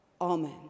Amen